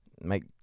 make